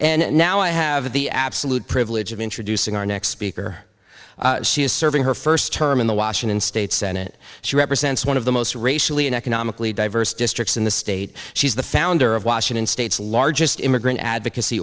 and now i have the absolute privilege of introducing our next speaker she is serving her first term in the washington state senate she represents one of the most racially and economically diverse districts in the state she's the founder of washington state's largest immigrant advocacy